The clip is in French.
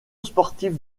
sportive